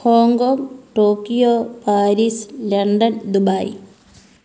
Hong Kong Tokyo Paris London Dubai